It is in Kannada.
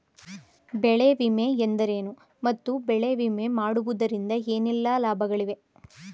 ಬೆಳೆ ವಿಮೆ ಎಂದರೇನು ಮತ್ತು ಬೆಳೆ ವಿಮೆ ಮಾಡಿಸುವುದರಿಂದ ಏನೆಲ್ಲಾ ಲಾಭಗಳಿವೆ?